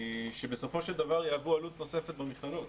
שבסופו של דבר יהוו עלות נוספת במכללות.